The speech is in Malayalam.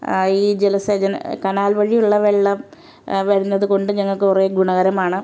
ഈ ജലസേചന കനാൽ വഴിയുള്ള വെള്ളം വരുന്നത് കൊണ്ട് ഞങ്ങൾക്ക് കുറേ ഗുണകരമാണ്